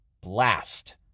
Blast